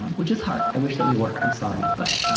um which is hard. i wish that we were. i'm sorry, but.